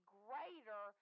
greater